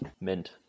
Mint